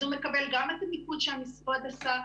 אז הוא מקבל גם את המיקוד שהמשרד עשה,